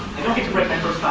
don't remember